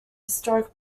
historic